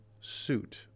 suit